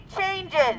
changes